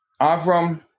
Avram